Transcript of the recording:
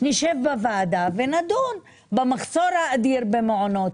נשב בוועדה ונדון במחסור האדיר במעונות